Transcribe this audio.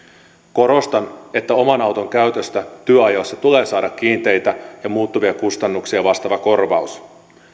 korostan että oman auton käytöstä työajossa tulee saada kiinteitä ja muuttuvia kustannuksia vastaava korvaus